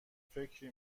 فکری